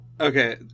Okay